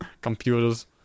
Computers